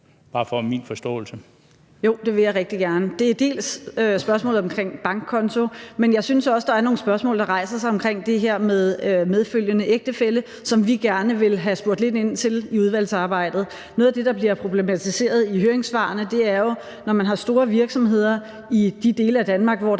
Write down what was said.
Vermund (NB): Jo, det vil jeg rigtig gerne. Det er til dels spørgsmålet omkring bankkontoen, men jeg synes også, der er nogle spørgsmål, der rejser sig, omkring det her med medfølgende ægtefælle, som vi gerne vil have spurgt lidt ind til i udvalgsarbejdet. Noget af det, der bliver problematiseret i høringssvarene, er jo, at når man har store virksomheder i de dele af Danmark, hvor der